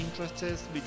interests